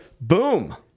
Boom